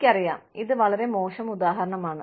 എനിക്കറിയാം ഇത് വളരെ മോശം ഉദാഹരണമാണ്